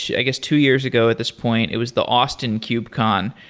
yeah i guess two years ago at this point, it was the austin kubecon.